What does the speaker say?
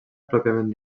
pròpiament